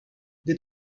they